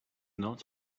not